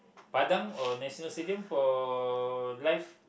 padang or National Stadium for live